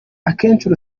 akenshi